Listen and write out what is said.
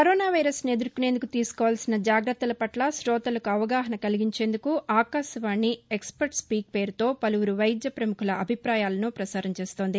corona వైరస్ను ఎదుర్కొనేందుకు తీసుకోవాల్సిన జాగత్తల పట్ల తోతలకు అవగాహన కలిగించేందుకు ఆకాశవాణి ఎక్స్పర్ట్ స్పీక్ పేరుతో పలువురు వైద్య ప్రముఖుల అభిపాయాలను ప్రసారం చేస్తోంది